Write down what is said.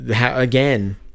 again